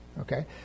okay